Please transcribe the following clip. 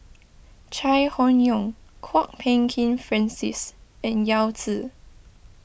Chai Hon Yoong Kwok Peng Kin Francis and Yao Zi